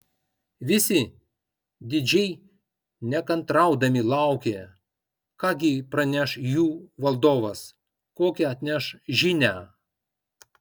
visi didžiai nekantraudami laukė ką gi praneš jų valdovas kokią atneš žinią